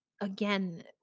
again